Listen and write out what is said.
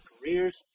careers